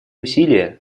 усилия